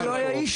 זה לא העניין.